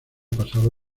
pasado